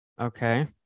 Okay